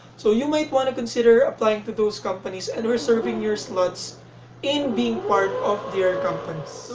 so you might want to consider applying to those companies and reserving your slots in being part of their companies.